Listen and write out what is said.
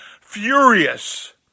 furious